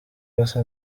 basa